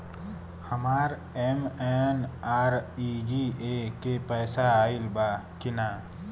हमार एम.एन.आर.ई.जी.ए के पैसा आइल बा कि ना?